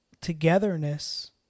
togetherness